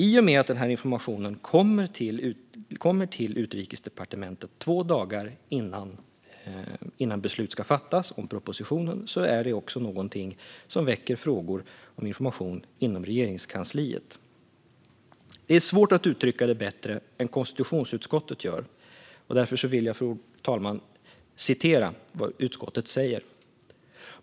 I och med att denna information kommer till Utrikesdepartementet två dagar innan beslut ska fattas om propositionen är det också något som väcker frågor om information inom Regeringskansliet. Det är svårt att uttrycka det bättre än konstitutionsutskottet gör. Därför vill jag citera vad utskottet säger.